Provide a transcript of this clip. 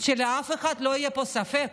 שלאף אחד לא יהיה פה ספק,